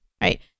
right